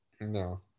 No